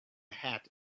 hat